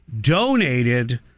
donated